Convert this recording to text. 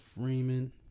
Freeman